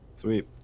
sweet